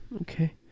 Okay